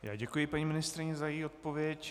Já děkuji paní ministryni za její odpověď.